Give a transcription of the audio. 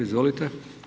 Izvolite.